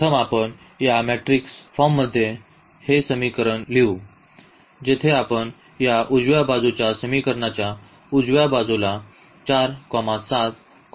प्रथम आपण या मॅट्रिक्स फॉर्ममध्ये हे समीकरण लिहू जेथे आपण या उजव्या बाजूच्या समीकरणाच्या उजव्या बाजूला 4 7 9 ने वाढवितो